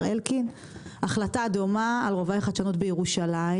אלקין החלטה דומה על רובעי החדשנות בירושלים,